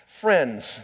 friends